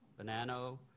Banano